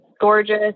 gorgeous